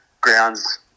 grounds